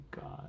God